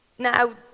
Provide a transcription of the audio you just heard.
Now